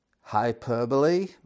hyperbole